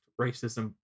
racism